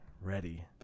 ready